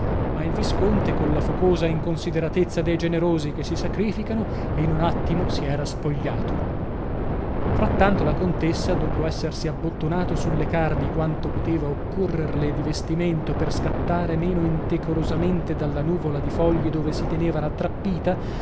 ma il visconte colla focosa inconsideratezza dei generosi che si sacrificano in un attimo si era spogliato frattanto la contessa dopo essersi abbottonato sulle carni quanto poteva occorrerle di vestimento per scattare meno indecorosamente dalla nuvola di foglie dove si teneva rattrappita